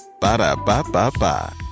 Ba-da-ba-ba-ba